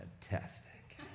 fantastic